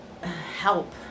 Help